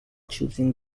choosing